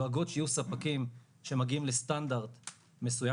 דואגות שיהיו ספקים שמגיעים לסטנדרט מסוים